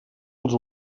als